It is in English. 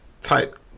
type